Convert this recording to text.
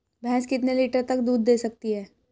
भैंस कितने लीटर तक दूध दे सकती है?